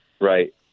Right